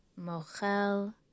mochel